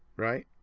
right?